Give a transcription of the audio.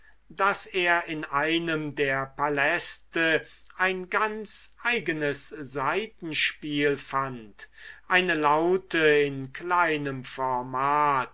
daß er in einem der paläste ein ganz eigenes saitenspiel fand eine laute in kleinem format